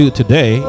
today